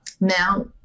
Now